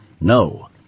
No